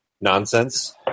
Nonsense